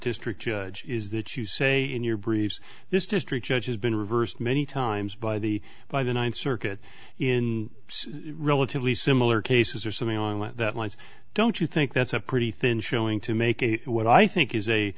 district judge is that you say in your briefs this district judge has been reversed many times by the by the ninth circuit in relatively similar cases or something on that lines don't you think that's a pretty thin showing to make what i think is a